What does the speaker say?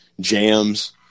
jams